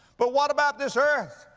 but what about this earth?